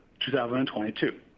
2022